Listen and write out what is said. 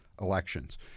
elections